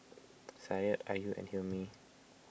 Syed Ayu and Hilmi